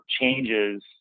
changes